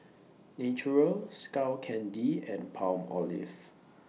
Naturel Skull Candy and Palmolive